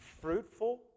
fruitful